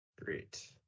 Great